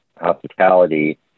hospitality